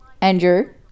Andrew